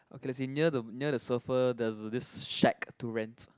okay as in near the near the surfer there's this shack to rent